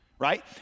right